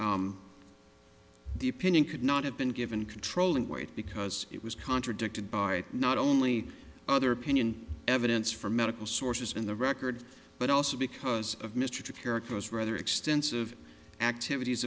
opinion the opinion could not have been given controlling weight because it was contradicted by not only other opinion evidence from medical sources in the record but also because of mr to characterise rather extensive activities